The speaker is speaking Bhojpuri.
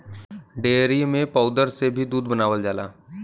डेयरी में पौउदर से भी दूध बनावल जाला